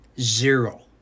Zero